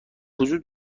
وجود